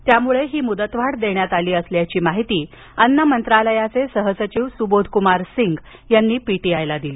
त्यामुळे ही मुदतवाढ देण्यात आली असल्याची माहिती अन्न मंत्रालयाचे सहसचिव सुबोध कुमार सिंग यांनी पीटीआयला दिली